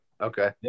Okay